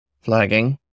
Flagging